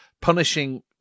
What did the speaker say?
punishing